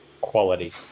Quality